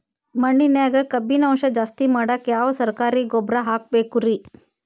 ಮಣ್ಣಿನ್ಯಾಗ ಕಬ್ಬಿಣಾಂಶ ಜಾಸ್ತಿ ಮಾಡಾಕ ಯಾವ ಸರಕಾರಿ ಗೊಬ್ಬರ ಹಾಕಬೇಕು ರಿ?